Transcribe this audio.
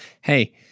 hey